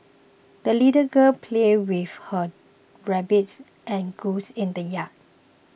the little girl played with her rabbit and goose in the yard